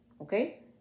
Okay